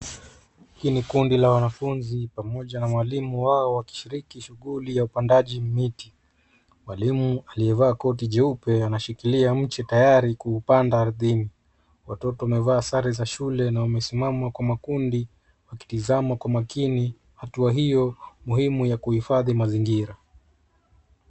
Hili ni kundi la wanafunzi pamoja na mwalimu wao, wakishiriki shughuli ya upandaji miti. Mwalimu aliyevaa koti jeupe, anashikilia mche tayari kuupanda ardhini. Watoto wamevaa sare za shule na wamesimama kwa makundi, wakitazama kwa makini, hatua hiyo muhimu ya kuhifadhi mazingira.